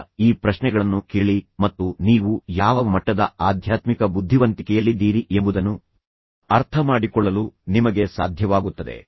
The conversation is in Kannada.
ಈಗ ಈ ಪ್ರಶ್ನೆಗಳನ್ನು ಕೇಳಿ ಮತ್ತು ನೀವು ಯಾವ ಮಟ್ಟದ ಆಧ್ಯಾತ್ಮಿಕ ಬುದ್ಧಿವಂತಿಕೆಯಲ್ಲಿದ್ದೀರಿ ಎಂಬುದನ್ನು ಅರ್ಥಮಾಡಿಕೊಳ್ಳಲು ನಿಮಗೆ ಸಾಧ್ಯವಾಗುತ್ತದೆ